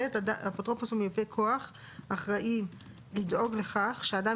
(ב)אפוטרופוס ומיופה כוח אחראי לדאוג לכך שאדם